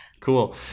cool